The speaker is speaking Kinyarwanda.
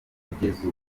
kugeza